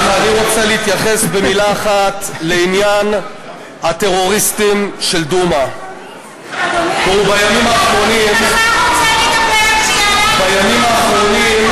אדוני השר, אולי תשיב אחרי,